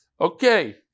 Okay